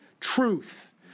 truth